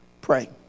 pray